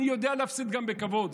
אני גם יודע להפסיד בכבוד.